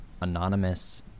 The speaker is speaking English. Anonymous